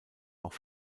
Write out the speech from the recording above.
auch